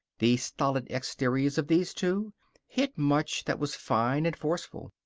the stolid exteriors of these two hid much that was fine and forceful.